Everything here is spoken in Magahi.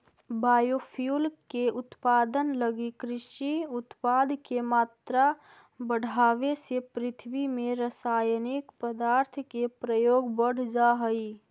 बायोफ्यूल के उत्पादन लगी कृषि उत्पाद के मात्रा बढ़ावे से पृथ्वी में रसायनिक पदार्थ के प्रयोग बढ़ जा हई